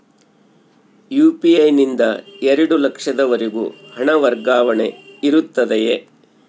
UPI ನಿಂದ ಎರಡು ಲಕ್ಷದವರೆಗೂ ಹಣ ವರ್ಗಾವಣೆ ಇರುತ್ತದೆಯೇ?